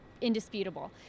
indisputable